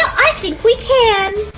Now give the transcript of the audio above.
i think we can